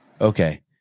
Okay